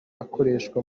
akoreshwa